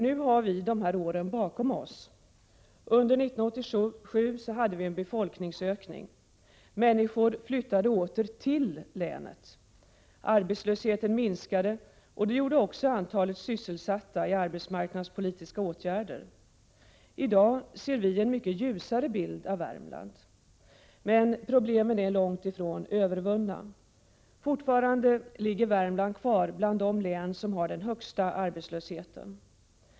Nu har vi de här åren bakom oss. Under 1987 hade vi en befolkningsökning. Människor flyttade åter till länet. Arbetslösheten minskade, och det gjorde också antalet sysselsatta i arbetsmarknadspolitiska åtgärder. I dag ser vi en mycket ljusare bild av Värmland. Men problemen är långt ifrån övervunna. Fortfarande ligger Värmland kvar bland de län som har den högsta arbetslösheten.